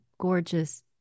gorgeous